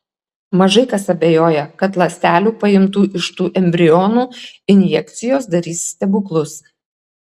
mažai kas abejoja kad ląstelių paimtų iš tų embrionų injekcijos darys stebuklus